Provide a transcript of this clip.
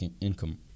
income